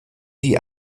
die